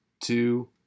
two